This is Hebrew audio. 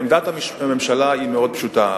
תראה, עמדת הממשלה היא מאוד פשוטה.